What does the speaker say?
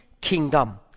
kingdom